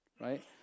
right